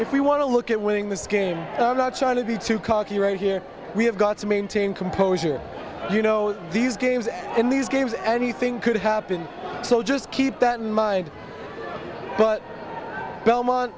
if we want to look at winning this game and i'm not trying to be too cocky right here we have got to maintain composure you know these games and these games anything could happen so just keep that in mind but belmont